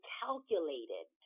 calculated